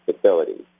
facilities